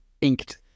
inked